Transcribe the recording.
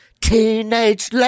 Teenage